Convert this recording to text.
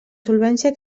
solvència